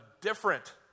different